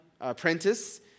apprentice